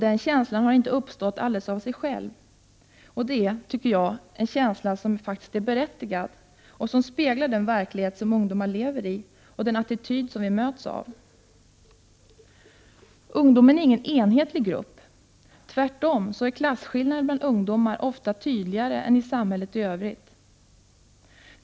Den känslan har inte uppstått alldeles av sig själv och det är, tycker jag, en känsla som faktiskt är berättigad och som speglar den verklighet som ungdomar lever i och den attityd som vi möts av. Ungdomen är ingen enhetlig grupp. Tvärtom är klasskillnaderna bland ungdomar ofta tydligare än i samhället i övrigt.